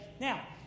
now